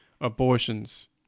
abortions